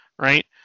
right